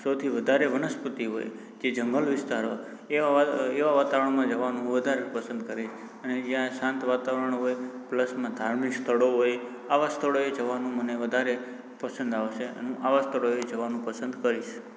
સૌથી વધારે વનસ્પતિ હોય કે જંગલ વિસ્તાર હોય એવાં વાત અ વાતાવરણમાં જવાનું હું વધારે પસંદ કરીશ અને જ્યાં શાંત વાતાવરણ હોય પ્લસમાં ધાર્મિક સ્થળો હોય આવા સ્થળોએ જવાનું મને વધારે પસંદ આવશે હું આવા સ્થળોએ જવાનું પસંદ કરીશ